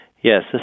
Yes